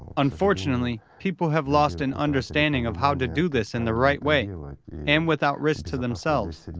unfortunately, people have lost an understanding of how to do this in the right way and without risk to themselves.